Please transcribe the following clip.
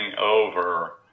over